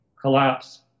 collapse